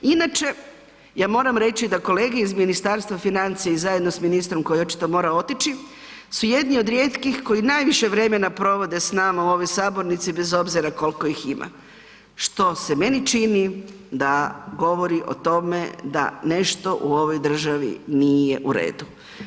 Inače, ja moram reći da kolege iz Ministarstva financija i zajedno s ministrom koji je očito morao otići su jedni od rijetkih koji najviše vremena provode s nama u ovoj sabornici bez obzira koliko ih ima, što se meni čini da govori o tome da nešto u ovoj državi nije u redu.